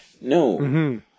no